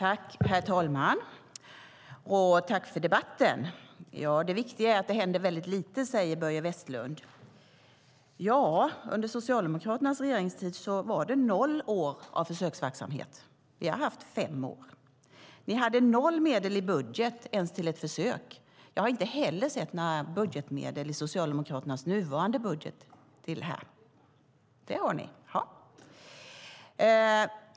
Herr talman! Det händer väldigt lite, säger Börje Vestlund. Men under Socialdemokraternas regeringstid pågick det försöksverksamhet i noll år. Vi har bedrivit en sådan i fem år. Ni hade noll medel i budgeten, inte ens till ett försök. Jag har inte heller sett några budgetmedel i Socialdemokraternas nuvarande budget för detta.